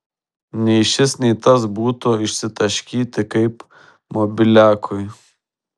nei šis nei tas būtų išsitaškyti kaip mobiliakui